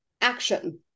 action